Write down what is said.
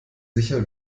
sicher